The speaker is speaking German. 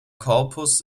korpus